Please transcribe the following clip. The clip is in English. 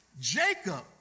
Jacob